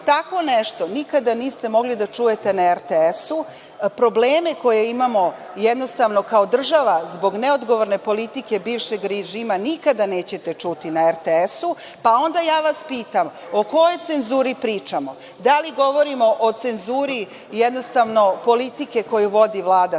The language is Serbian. tako nešto nikada niste mogli da čujete na RTS, probleme koje imamo kao država zbog neodgovorne politike bivšeg režima nikada nećete čuti na RTS, pa vas onda pitam – o kojoj cenzuri pričamo? Da li govorimo o cenzuri politike koju vodi Vlada